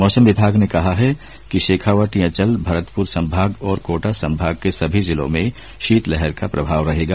मौसम विभाग ने कहा है कि शेखावाटी अंचल भरतपुर संभाग और कोटा संभाग के सभी जिलों में शीतलहर का प्रभाव रहेगा